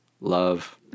Love